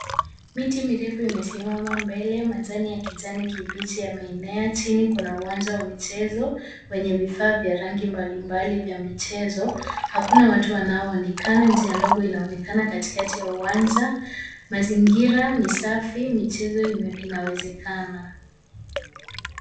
Miti mirefu imesimama mbele. Majani ya kijani kibichi yameenea. Chini kuna uwanja wa michezo wenye vifaa vya rangi mbali mbali vya michezo. Hakuna atu wanaoonekana. Njia ndogo inaonekana katikati ya uwanja. Mazingira ni safi. Michezo inawezekana.